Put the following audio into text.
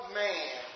man